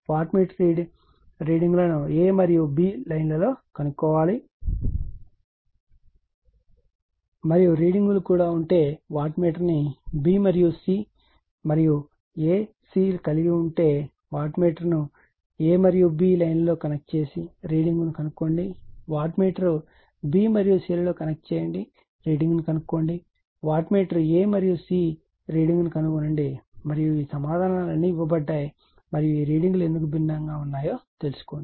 what meter యొక్క రీడింగులను a మరియు b లైన్ లలో కనుగొనండి మరియు రీడింగులు కూడా ఉంటే వాట్మీటర్ను b మరియు c మరియు a c కలిగి ఉంటే వాట్మీటర్ను a మరియు b లైన్లో కనెక్ట్ చేసి రీడింగ్ ను కనుగొనండి వాట్ మీటర్ b మరియు c లు కనెక్ట్ చేయండిరీడింగ్ ను కనుగొనండి వాట్మీటర్ a మరియు c రీడింగ్ ను కనుగొనండి మరియు ఈ సమాధానాలన్నీ ఇవ్వబడ్డాయి మరియు ఈ రీడింగ్ లు ఎందుకు భిన్నంగా ఉన్నాయో తెలుసుకోండి